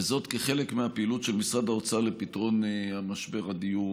וזאת כחלק מהפעילות של משרד האוצר לפתרון משבר הדיור,